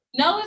no